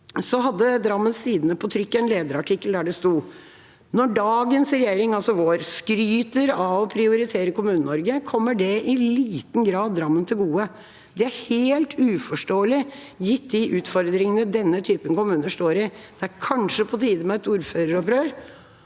Drammens Tidende på trykk en lederartikkel der det sto: «Når dagens regjering skryter av å prioritere Kommune-Norge, kommer det i liten grad Drammen (…) til gode. Det er helt uforståelig gitt de utfordringene denne typen kommuner står i.» Og videre: «Kanskje borger det for et ordføreropprør?»